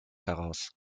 heraus